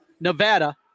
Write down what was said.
Nevada